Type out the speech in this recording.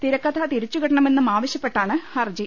തിരക്കഥ തിരിച്ചുകിട്ടണമെന്നു മാവശ്യപ്പെട്ടാണ് ഹർജി